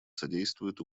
содействует